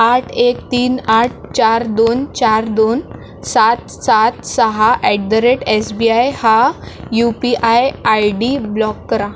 आठ एक तीन आठ चार दोन चार दोन सात सात सहा अॅटदरेट एस बी आय हा U P I I D block करा